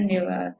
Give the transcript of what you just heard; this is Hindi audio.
धन्यवाद